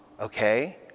okay